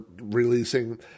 releasing